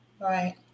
right